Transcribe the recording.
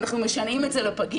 ואנחנו משנעים את זה לפגיות.